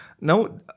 now